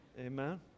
Amen